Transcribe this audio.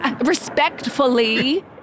Respectfully